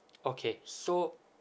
okay so